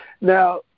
Now